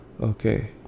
Okay